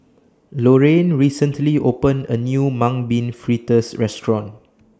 Lorayne recently opened A New Mung Bean Fritters Restaurant